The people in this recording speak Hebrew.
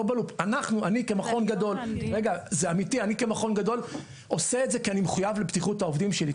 זה אמיתי: אני כמכון גדול עושה את זה כי אני מחויב לבטיחות העובדים שלי.